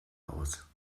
aus